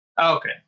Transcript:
Okay